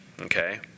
Okay